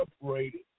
separated